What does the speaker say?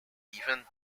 even